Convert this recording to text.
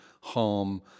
harm